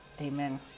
Amen